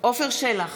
עפר שלח,